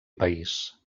país